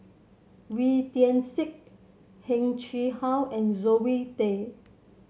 Wee Tian Siak Heng Chee How and Zoe Tay